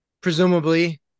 presumably